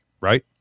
right